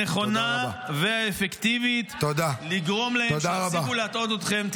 הנכונה והאפקטיבית לגרום להם שיפסיקו להטעות אתכם.